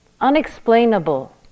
unexplainable